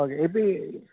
okay ഇത്